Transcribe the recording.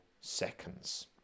seconds